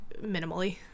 minimally